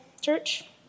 church